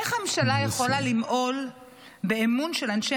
איך הממשלה יכולה למעול באמון של אנשי